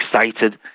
excited